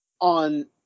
on